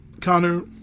Connor